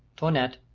toinette,